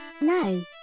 No